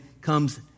comes